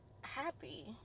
happy